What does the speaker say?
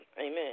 Amen